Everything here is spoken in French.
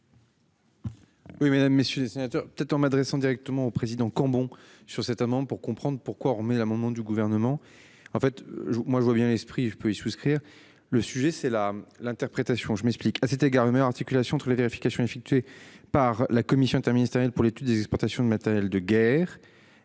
Oui, mesdames, messieurs les sénateurs. En m'adressant directement au président Cambon sur cet Mans pour comprendre pourquoi on mais l'amendement du gouvernement. En fait moi je vois bien l'esprit je peux y souscrire. Le sujet c'est la l'interprétation. Je m'explique. À cet égard humeur articulations toutes les vérifications effectuées par la Commission interministérielle pour l'étude des exportations de matériel de guerre